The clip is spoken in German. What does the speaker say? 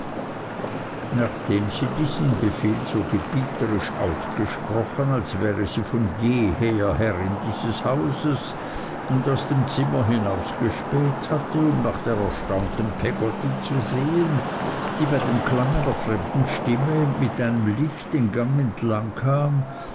nachdem sie diesen befehl so gebieterisch ausgesprochen als wäre sie von jeher herrin dieses hauses und aus dem zimmer hinausgespäht hatte um nach der erstaunten peggotty zu sehen die bei dem klang einer fremden stimme mit einem licht den gang entlang kam